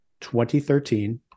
2013